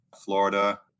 Florida